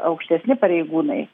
aukštesni pareigūnai